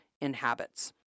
inhabits